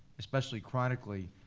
especially chronically,